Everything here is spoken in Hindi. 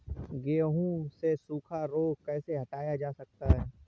गेहूँ से सूखा रोग कैसे हटाया जा सकता है?